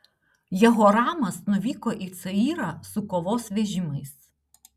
jehoramas nuvyko į cayrą su kovos vežimais